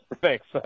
Thanks